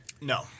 No